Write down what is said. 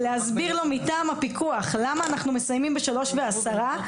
להסביר מטעם הפיקוח למה אנחנו מסיימים ב-15:10.